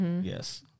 yes